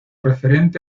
referente